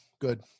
Good